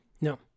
No